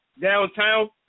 downtown